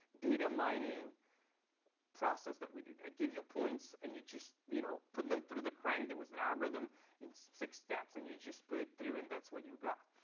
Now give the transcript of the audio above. data mining process that we did. i give you points, and you just you know put them through the crank. there was an algorithm in six steps. and you just put it through and that's what you got.